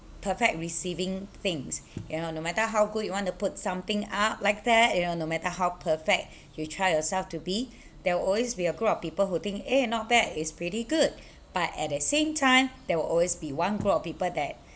perfect receiving things you know no matter how good you want to put something up like that you know no matter how perfect you try yourself to be there will always be a group of people who think eh not bad it's pretty good but at the same time there will always be one group of people that